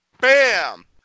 bam